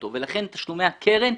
ולכן תשלומי הקרן,